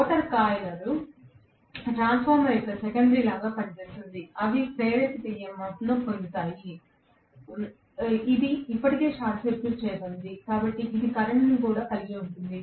rotor coil transformer యొక్క secondary లాగా పనిచేస్తుంది అవి ప్రేరేపిత EMF ను పొందుతాయి ఇది ఇప్పటికే షార్ట్ సర్క్యూట్ చేయబడింది కాబట్టి ఇది కరెంట్ను కూడా కలిగి ఉంటుంది